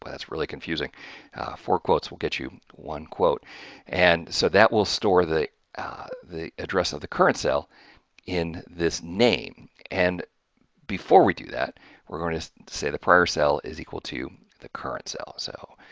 that's really confusing four quotes will get you one quote and so, that will store the the address of the current cell in this name and before we do that we're going to say the prior cell is equal to the current cell. so,